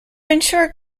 ensure